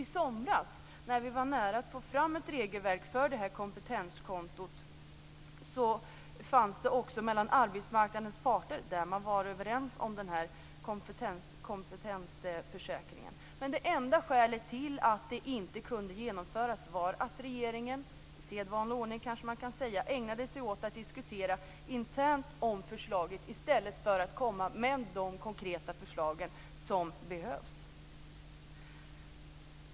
I somras, när vi var nära att få fram ett regelverk för det här kompetenskontot, var också arbetsmarknadens parter överens om denna kompetensförsäkring. Men det enda skälet till att det inte kunde genomföras var att regeringen - i sedvanlig ordning, kanske man kan säga - ägnade sig åt att diskutera internt om förslaget i stället för att komma med de konkreta förslag som behövs.